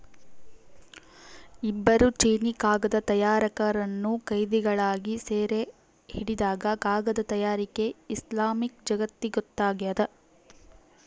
ಇಬ್ಬರು ಚೀನೀಕಾಗದ ತಯಾರಕರನ್ನು ಕೈದಿಗಳಾಗಿ ಸೆರೆಹಿಡಿದಾಗ ಕಾಗದ ತಯಾರಿಕೆ ಇಸ್ಲಾಮಿಕ್ ಜಗತ್ತಿಗೊತ್ತಾಗ್ಯದ